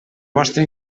vostre